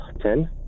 Ten